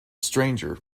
stranger